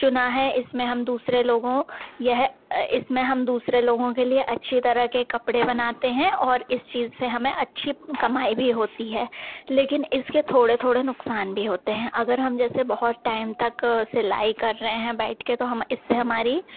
चुना है इसमें हम दूसरे लोगों यह इसमें हम दूसरे लोगों के लिए अच्छी तरह के कपड़े बनाते हैं और इस चीज से हमें अच्छी कमाई भी होती है लेकिन इसके थोड़े थोड़े नुकसान भी होते हैं अगर हम जैसे बहुत टाइम तक सिलाई कर रहे हैं बैठ के तो हम इससे हमारी